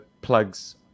plugs